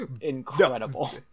incredible